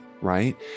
right